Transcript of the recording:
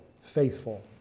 Faithful